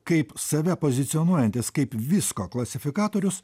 kaip save pozicionuojantis kaip visko klasifikatorius